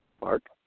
Mark